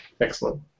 Excellent